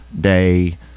day